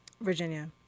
virginia